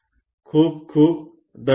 खूप खूप धन्यवाद